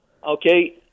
Okay